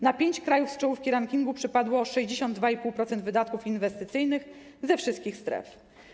Na pięć krajów z czołówki rankingu przypadło 62,5% wydatków inwestycyjnych ze wszystkich stref.